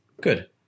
Good